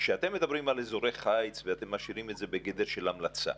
כשאתם מדברים על אזורי חיץ ואתם משאירים את זה בגדר של המלצה,